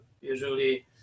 usually